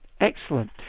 excellent